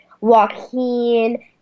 Joaquin